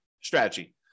strategy